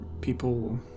people